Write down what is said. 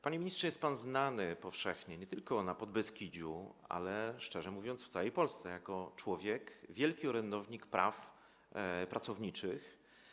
Panie ministrze, jest pan powszechnie znany nie tylko na Podbeskidziu, ale szczerze mówiąc, w całej Polsce jako człowiek, wielki orędownik praw pracowniczych.